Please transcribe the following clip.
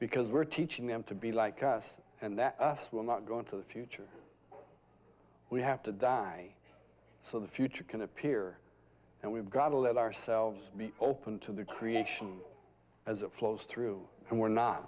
because we're teaching them to be like us and that we're not going to the future we have to die so the future can appear and we've got to let ourselves be open to the creation as it flows through and we're not